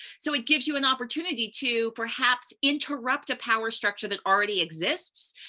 so it gives you an opportunity to perhaps interrupt a power structure that already exists.